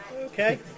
Okay